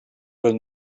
will